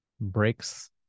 breaks